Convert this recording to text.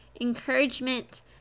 encouragement